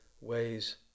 ways